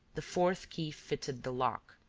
the fourth key fitted the lock.